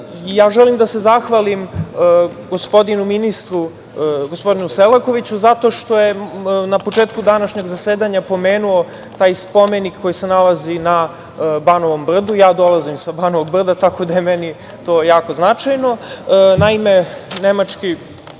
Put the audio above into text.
želim da se zahvalim gospodinu ministru, gospodinu Selakoviću zato što je na početku današnjeg zasedanja pomenuo taj spomenik koji se nalazi na Banovom brdu, a ja dolazim sa Banovog brda, tako da je meni to jako značajno. Naime, nemački